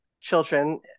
children